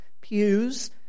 pews